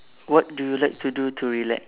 what do you like to do to re~